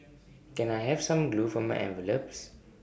can I have some glue for my envelopes